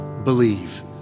believe